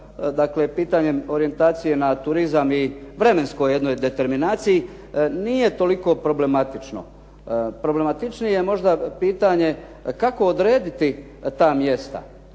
pitanjem orijentacije na turizam i vremenskoj jednoj determinaciji nije toliko problematično. Problematičnije je možda pitanje kako odrediti ta mjesta.